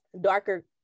darker